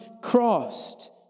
crossed